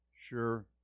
sure